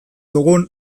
dugun